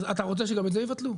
אז אתה רוצה שגם את זה יבטלו?